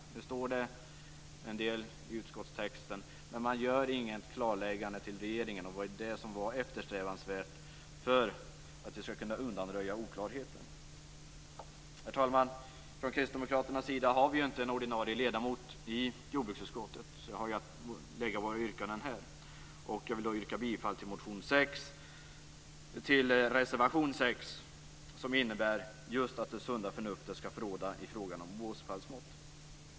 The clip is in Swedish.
Nu står det en del i utskottstexten, men man gör inget klarläggande till regeringen. Det var det som var eftersträvansvärt för att vi skulle kunna undanröja oklarheter. Herr talman! Från Kristdemokraterna har vi inte en ordinarie ledamot i jordbruksutskottet, så vi får lägga fram våra yrkanden här. Jag vill då yrka bifall till reservation 6, som innebär just att sunda förnuftet skall få råda i fråga om båspallsmått.